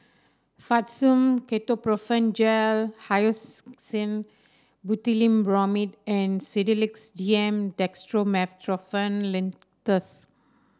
Fastum Ketoprofen Gel Hyoscine Butylbromide and Sedilix D M Dextromethorphan Linctus